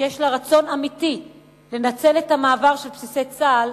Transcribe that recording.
שיש לה רצון אמיתי לנצל את המעבר של בסיסי צה"ל